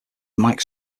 mike